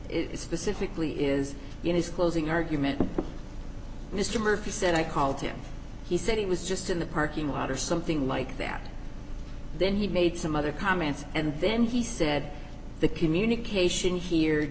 is specifically is in his closing argument mr murphy said i called him he said he was just in the parking lot or something like that then he made some other comments and then he said the communication here